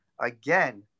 again